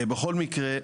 בכל מקרה,